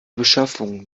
beschaffung